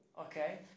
okay